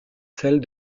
celle